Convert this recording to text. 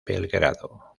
belgrado